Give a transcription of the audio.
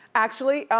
actually,